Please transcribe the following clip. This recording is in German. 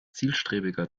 zielstrebiger